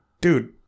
dude